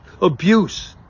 abuse